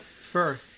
fur